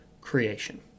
creation